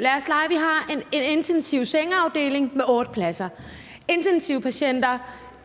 Lad os lege, at vi har en intensiv sengeafdeling med otte pladser. Intensivpatienter